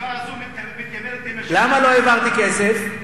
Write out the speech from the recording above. הישיבה הזאת מתקדמת, למה לא העברתי כסף?